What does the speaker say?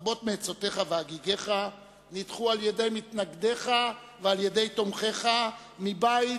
רבות מעצותיך והגיגיך נדחו על-ידי מתנגדיך ועל-ידי תומכיך מבית,